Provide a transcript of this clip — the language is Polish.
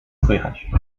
słychać